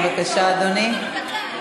בבקשה, אדוני.